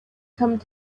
come